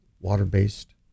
water-based